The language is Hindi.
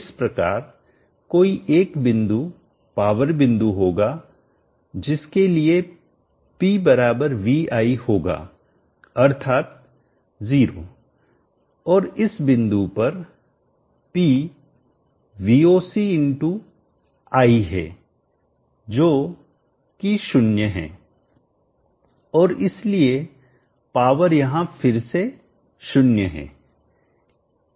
इस प्रकार कोई एक बिंदु पावर बिंदु होगा जिसके लिए P बराबर v i होगा अर्थात जीरो और इस बिंदु पर P Voc i है जो कि 0 है और इसलिए पावर यहां फिर से 0 है